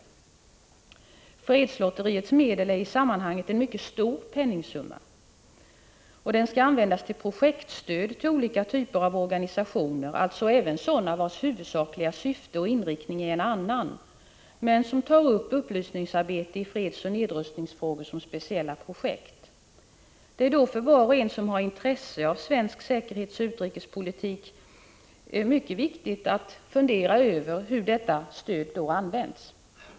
Fredslotteriets medel är en i sammanhanget mycket stor penningsumma, och den skall användas till projektstöd till olika typer av organisationer, alltså även sådana vars huvudsakliga syfte och inriktning är en annan, men som ägnar sig åt upplysningsarbete i fredsoch nedrustningsfrågor som speciella projekt. Det är för var och en som har intresse av svensk säkerhetsoch utrikespolitik mycket viktigt att fundera över hur detta stöd används.